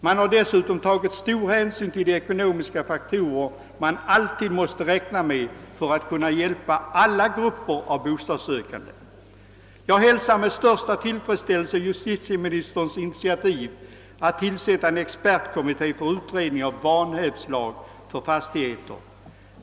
Man har dessutom tagit stor hänsyn till de ekonomiska faktorer man alltid måste räkna med för att kunna hjälpa alla grupper av bostadssökande. Jag hälsar med största tillfredsställelse justitieministerns initiativ att tillsätta en expertkommitté för utredning av vanhävdslag för fastigheter.